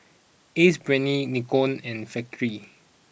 Ace Brainery Nikon and Factorie